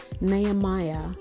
Nehemiah